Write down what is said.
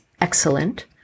excellent